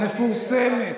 מפורסמת,